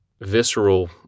visceral